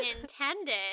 intended